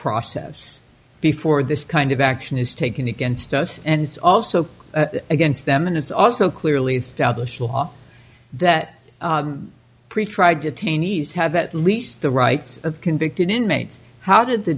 process before this kind of action is taken against us and it's also against them and it's also clearly established law that pretrial detainees have at least the rights of convicted inmates how did the